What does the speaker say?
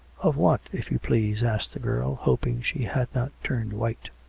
of what, if you please? asked the girl, hoping she had not turned white.